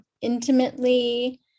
intimately